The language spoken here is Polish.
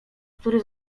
który